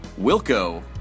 Wilco